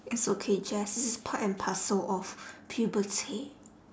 it's okay jace this is part and parcel of puberty